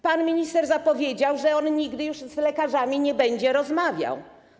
Pan minister zapowiedział, że on nigdy już z lekarzami nie będzie rozmawiał.